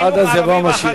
עד אז יבוא המשיח.